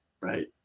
right